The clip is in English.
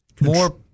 more